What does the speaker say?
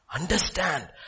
Understand